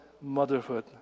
motherhood